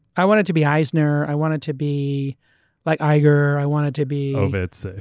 i wanted to be eisner, i wanted to be like iger, i wanted to be ovitz. ah